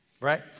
Right